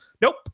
Nope